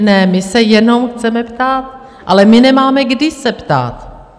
Ne, my se jenom chceme ptát, ale my nemáme kdy se ptát.